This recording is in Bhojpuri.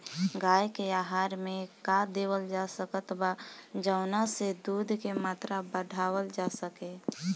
गाय के आहार मे का देवल जा सकत बा जवन से दूध के मात्रा बढ़ावल जा सके?